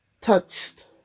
touched